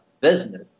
business